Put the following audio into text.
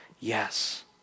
Yes